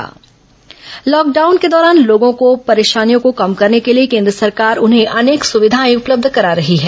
केन्द्र उज्जवला योजना लॉकडाउन के दौरान लोगों की परेशानियों को कम करने के लिए केन्द्र सरकार उन्हें अनेक सुविधाएं उपलब्ध करा रही हैं